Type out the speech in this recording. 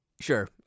Sure